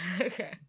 Okay